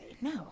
No